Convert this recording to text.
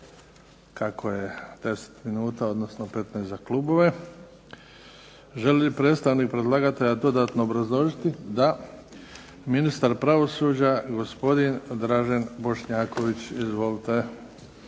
kako je 10 minuta, odnosno 15 za klubove. Želi li predstavnik predlagatelja dodatno obrazložiti? Da. Ministar pravosuđa, gospodin Dražen Bošnjaković. Izvolite.